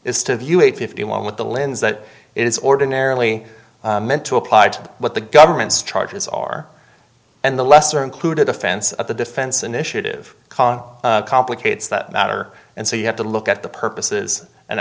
is to view it fifty one with the lens that it is ordinarily meant to apply to what the government's charges are and the lesser included offense of the defense initiative con complicates the matter and so you have to look at the purposes an